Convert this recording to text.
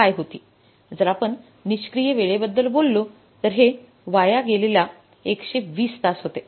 जर आपण निष्क्रिय वेळेबद्दल बोललो तर हे वाया गेलेले 120 तास होते